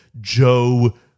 Joe